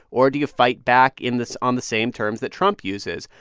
or do you fight back in this on the same terms that trump uses?